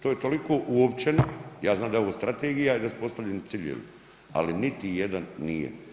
To je toliko uopćeno, ja znam da je ovo strategija i da su postavljeni ciljevi, ali niti jedan nije.